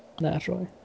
Naturally